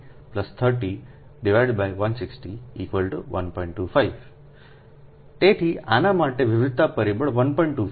25 તેથી આના માટે વિવિધતા પરિબળ 1